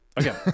Okay